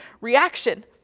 reaction